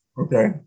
Okay